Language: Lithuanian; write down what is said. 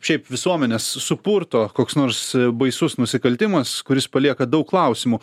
šiaip visuomenes supurto koks nors baisus nusikaltimas kuris palieka daug klausimų